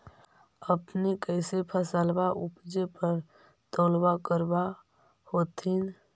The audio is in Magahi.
अपने कैसे फसलबा उपजे पर तौलबा करबा होत्थिन?